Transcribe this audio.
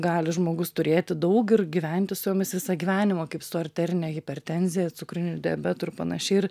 gali žmogus turėti daug ir gyventi su jomis visą gyvenimą kaip su arterine hipertenzija cukriniu diabetu ir panašiai ir